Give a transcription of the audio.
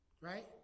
Right